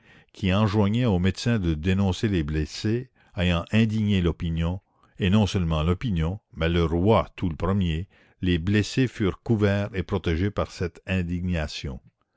qui enjoignait aux médecins de dénoncer les blessés ayant indigné l'opinion et non seulement l'opinion mais le roi tout le premier les blessés furent couverts et protégés par cette indignation